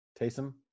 Taysom